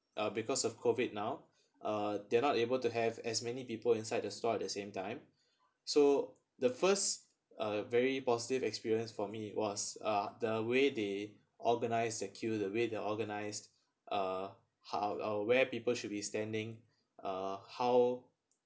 uh because of COVID now uh they're not able to have as many people inside the store at the same time so the first uh very positive experience for me was uh the way they organised that queue the way they organised uh how uh where people should be standing uh how